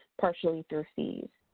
partially through fees.